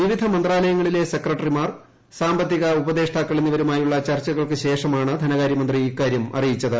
വിവിധ മന്ത്രാലയങ്ങളിലെസെക്രട്ടറിമാർ സാമ്പത്തിക ഉപദേഷ്ടാക്കൾഎന്നിവരുമായുള്ളചർച്ചകൾക്ക്ശേഷമാണ് ധനകാര്യമന്ത്രി ഇക്കാര്യംഅറിയിച്ചത്